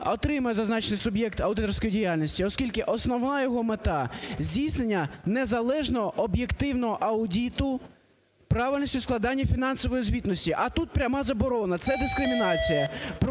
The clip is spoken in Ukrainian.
отримає зазначений суб'єкт аудиторської діяльності, оскільки основна його мета – здійснення незалежного, об'єктивного аудиту правильності складення фінансової звітності, а тут пряма заборона – це дискримінація.